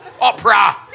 opera